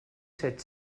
set